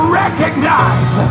recognize